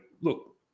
look